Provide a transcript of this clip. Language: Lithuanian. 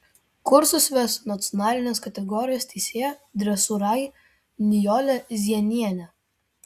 kursus ves nacionalinės kategorijos teisėja dresūrai nijolė zienienė